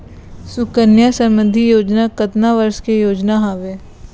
सुकन्या समृद्धि योजना कतना वर्ष के योजना हावे?